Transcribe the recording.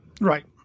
Right